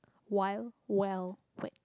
Wild-Wild-Wet